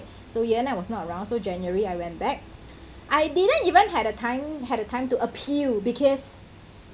so year end I was not around so january I went back I didn't even had a time had a time to appeal because